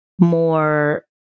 more